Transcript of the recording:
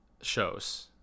shows